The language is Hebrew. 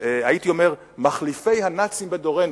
הייתי אומר מחליפי הנאצים בדורנו,